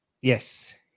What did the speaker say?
Yes